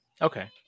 Okay